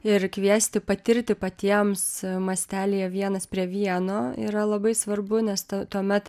ir kviesti patirti patiems mastelyje vienas prie vieno yra labai svarbu nes tuomet